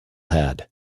had